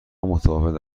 متفاوت